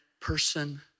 person